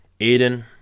Aiden